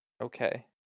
Okay